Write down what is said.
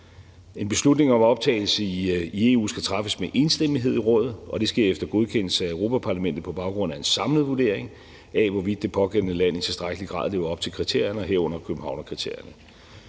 En beslutning om optagelse i EU skal træffes med enstemmighed i Rådet, og det sker efter godkendelse af Europa-Parlamentet på baggrund af en samlet vurdering af, hvorvidt det pågældende land i tilstrækkelig grad lever op til kriterierne, herunder Københavnskriterierne.